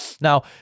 now